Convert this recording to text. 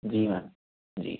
जी ma'am जी